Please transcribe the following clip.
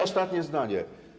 Ostatnie zdanie.